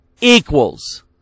equals